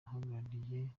uhagarariye